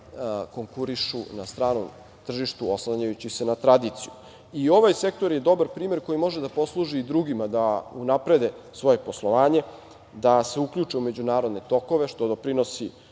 konkurišu na stranom tržištu oslanjajući se na tradiciju. Ovaj sektor je dobar primer koji može da posluži i drugima da unaprede svoje poslovanje, da se uključe u međunarodne tokove, što doprinosi